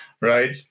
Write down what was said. right